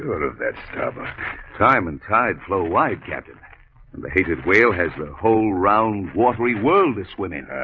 but of that stuber time and tide flow why captain and the hated whale has the whole round watery worldis winning